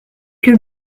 que